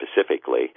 specifically